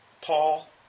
Paul